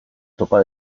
topa